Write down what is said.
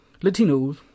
Latinos